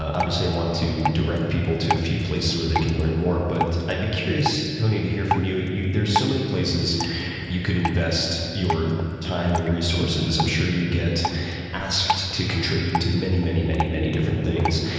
obviously, i and want to direct people to a few places where they can learn more. but i'd be curious, tony, to hear from you. there's so many places you could invest your time and resources. i'm sure you get asked to contribute to many, many, many, many different things.